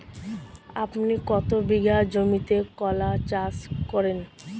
আপনি কত বিঘা জমিতে কলা চাষ করেন?